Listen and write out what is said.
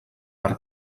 per